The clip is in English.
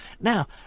Now